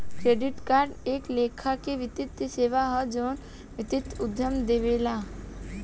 credit card एक लेखा से वित्तीय सेवा ह जवन वित्तीय उद्योग देवेला